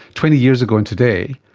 twenty years ago and today,